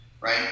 right